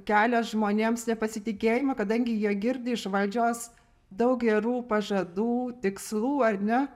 kelia žmonėms nepasitikėjimą kadangi jie girdi iš valdžios daug gerų pažadų tikslų ar ne